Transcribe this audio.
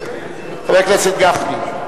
חבר הכנסת גפני.